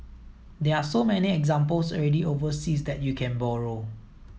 there are so many examples already overseas that you can borrow